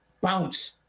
bounce